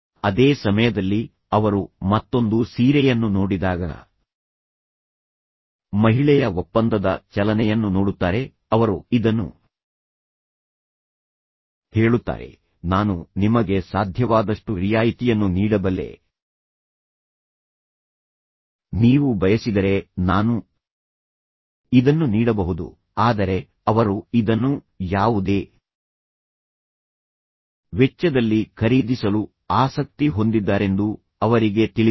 ಅದೇ ಸಮಯದಲ್ಲಿ ಅವರು ಮತ್ತೊಂದು ಸೀರೆಯನ್ನು ನೋಡಿದಾಗ ಮಹಿಳೆಯ ಒಪ್ಪಂದದ ಚಲನೆಯನ್ನು ನೋಡುತ್ತಾರೆ ಅವರು ಇದನ್ನು ಹೇಳುತ್ತಾರೆ ನಾನು ನಿಮಗೆ ಸಾಧ್ಯವಾದಷ್ಟು ರಿಯಾಯಿತಿಯನ್ನು ನೀಡಬಲ್ಲೆ ನೀವು ಬಯಸಿದರೆ ನಾನು ಇದನ್ನು ನೀಡಬಹುದು ಆದರೆ ಅವರು ಇದನ್ನು ಯಾವುದೇ ವೆಚ್ಚದಲ್ಲಿ ಖರೀದಿಸಲು ಆಸಕ್ತಿ ಹೊಂದಿದ್ದಾರೆಂದು ಅವರಿಗೆ ತಿಳಿದಿದೆ